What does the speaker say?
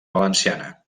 valenciana